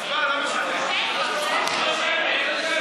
שמית.